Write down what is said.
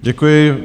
Děkuji.